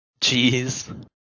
Jeez